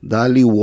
Dali